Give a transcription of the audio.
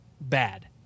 bad